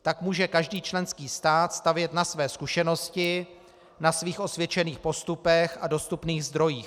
Tak může každý členský stát stavět na své zkušenosti, na svých osvědčených postupech a dostupných zdrojích.